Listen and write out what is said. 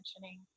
mentioning